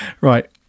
Right